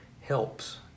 helps